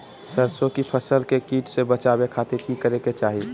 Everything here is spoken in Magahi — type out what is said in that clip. सरसों की फसल के कीट से बचावे खातिर की करे के चाही?